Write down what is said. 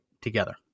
together